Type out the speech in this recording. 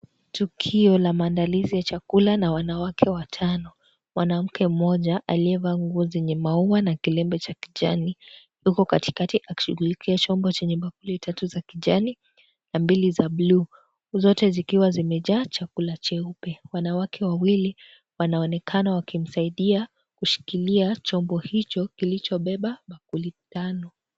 Tukio la maandalizi ya chakula na wanawake watano. Mwanamke mmoja aliyevaa nguo zenye maua na kilemba cha kijani yuko katikati akishughulikia chombo chenye bakuli tatu za kijani na mbili za buluu, zote zikiwa zimejaa chakula cheupe. Wanawake wawili wanaonekana wakimsaidia kushikilia chombo hicho kilichobeba bakuli tano.